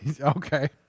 Okay